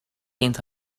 kind